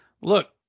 look